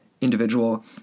individual